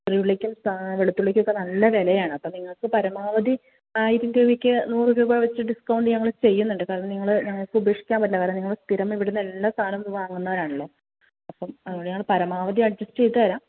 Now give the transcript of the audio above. ചെറിയ ഉള്ളിക്കും വെളുത്തുള്ളിക്കൊക്കെ നല്ല വിലയാണ് അപ്പോൾ നിങ്ങൾക്ക് പരമാവധി ആയിരം രൂപക്ക് നൂറുരൂപ വച്ച് ഡിസ്കൗണ്ട് ഞങ്ങൾ ചെയ്യുന്നുണ്ട് കാരണം നിങ്ങൾ ഞങ്ങൾക്ക് ഉപേക്ഷിക്കാൻ പറ്റില്ല കാരണം നിങ്ങൾ സ്ഥിരം ഇവിടുന്ന് എല്ലാ സാധനവും നിങ്ങൾ വാങ്ങുന്നവരാണല്ലോ അപ്പം അതുകൊണ്ട് ഞങ്ങൾ പരമാവധി അഡ്ജസ്റ്റ് ചെയ്ത് തരാം